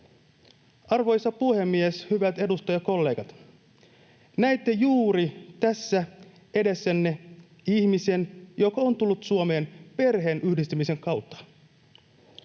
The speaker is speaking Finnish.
Arvoisa puhemies! Hyvät edustajakollegat, näette juuri tässä edessänne ihmisen, joka on tullut Suomeen perheenyhdistämisen kautta.